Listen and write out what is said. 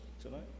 tonight